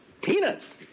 peanuts